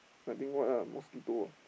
I think what ah mosquito